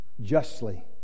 justly